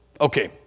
Okay